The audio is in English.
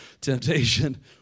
Temptation